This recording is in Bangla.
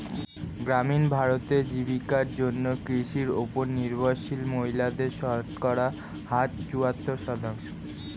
গ্রামীণ ভারতে, জীবিকার জন্য কৃষির উপর নির্ভরশীল মহিলাদের শতকরা হার চুয়াত্তর শতাংশ